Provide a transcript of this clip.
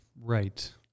right